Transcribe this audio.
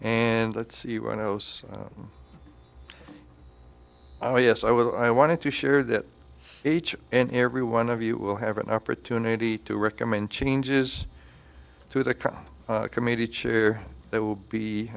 and let's see what else oh yes i will i wanted to share that each and every one of you will have an opportunity to recommend changes to the committee chair that will be